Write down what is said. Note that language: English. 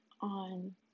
on